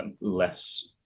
less